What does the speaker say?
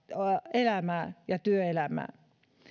elämää ja työelämää